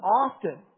often